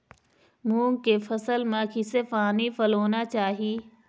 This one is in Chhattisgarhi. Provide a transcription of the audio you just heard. मूंग के फसल म किसे पानी पलोना चाही?